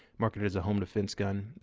marketed as a home defense gun.